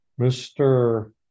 Mr